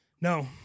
No